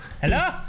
hello